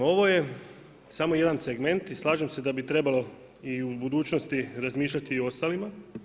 Ovo je samo jedan segment i slažem se da bi trebalo i u budućnosti razmišljati i o ostalima.